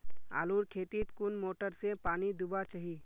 आलूर खेतीत कुन मोटर से पानी दुबा चही?